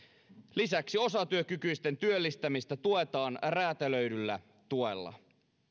lisäksi osatyökykyisten työllistämistä tuetaan räätälöidyllä tuella